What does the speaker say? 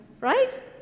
right